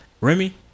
remy